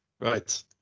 Right